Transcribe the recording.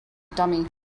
dummy